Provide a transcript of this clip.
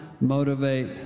motivate